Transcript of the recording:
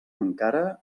encara